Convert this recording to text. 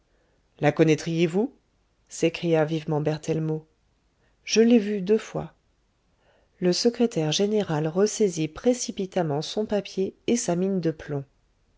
la connaîtriez vous s'écria vivement berthellemot je l'ai vue deux fois le secrétaire général ressaisit précipitamment son papier et sa mine de plomb